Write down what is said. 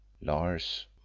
LARS